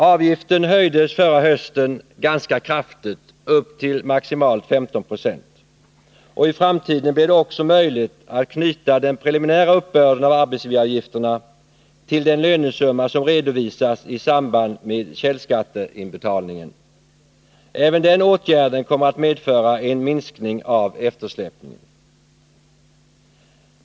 Avgiften höjdes förra hösten ganska kraftigt, upp till maximalt 15 96, och i framtiden blir det möjligt att också knyta den preliminära uppbörden av arbetsgivaravgifterna till den lönesumma som redovisas i samband med källskatteinbetalningen. Även den åtgärden kommer att medföra en minskning av eftersläpningen.